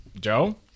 Joe